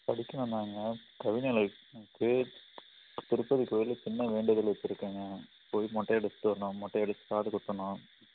படிக்கணும் தாங்க கவிநிலனுக்கு திருப்பதி கோயில்ல சின்ன வேண்டுதல் வச்சிருக்கங்க போய் மொட்டை அடிச்சிட்டு வரணும் மொட்டை அடிச்சு காது குத்தணும்